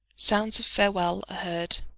sounds of farewell are heard.